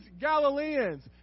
Galileans